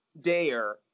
dare